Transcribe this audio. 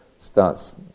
starts